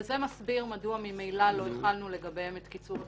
וזה מסביר מדוע ממילא לא החלנו לגביהם את קיצור התקופות.